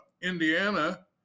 Indiana